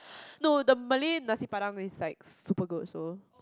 no the Malay Nasi-Padang is like super good also